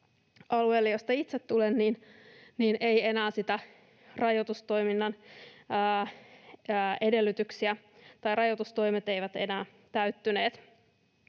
alueella, josta itse tulen, eivät rajoitustoiminnan edellytykset enää täyttyneet.